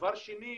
דבר שני,